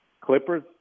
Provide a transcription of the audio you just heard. Clippers